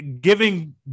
giving